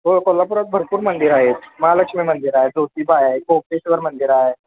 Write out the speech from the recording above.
हो कोल्हापुरात भरपूर मंदिरं आहेत महालक्ष्मी मंदिर आहे ज्योतिबा आहे कोपेश्वर मंदिर आहे